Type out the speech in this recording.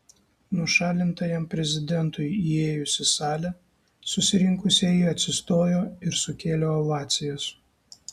nušalintajam prezidentui įėjus į salę susirinkusieji atsistojo ir sukėlė ovacijas